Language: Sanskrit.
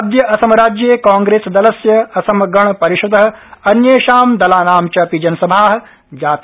अद्य असमराज्ये कांग्रेसदलस्य असमगण परिषद अन्येषां दलानां च अपि जनसभा जाता